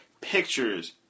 pictures